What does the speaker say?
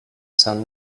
sun